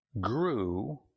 grew